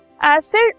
acid